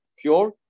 pure